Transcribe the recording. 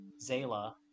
Zayla